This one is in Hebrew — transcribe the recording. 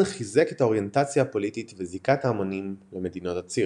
חיזק את האוריינטציה הפוליטית וזיקת ההמונים למדינות הציר.